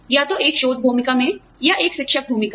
या तो एक शोध भूमिका में या एक शिक्षक भूमिका में